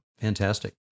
Fantastic